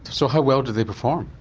so how well did they perform?